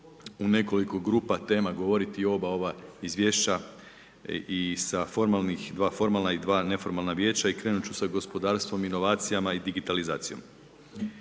u nekoliko grupa tema govoriti oba ova izvješća i sa formalnih, 2 formalna i 2 neformalna vijeća i krenuti ću sa gospodarstvom, inovacijama i digitalizacijom.